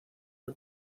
que